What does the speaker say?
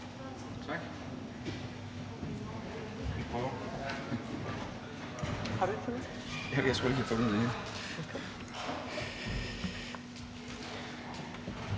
Tak